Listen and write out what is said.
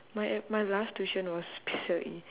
my uh my last tuition was P_S_L_E